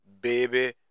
baby